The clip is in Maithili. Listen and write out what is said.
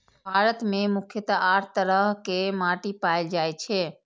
भारत मे मुख्यतः आठ तरह के माटि पाएल जाए छै